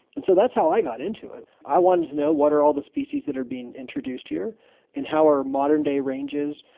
and so that's how i got into it. i wanted to know what are all these species that are being introduced here and how are modern day ranges,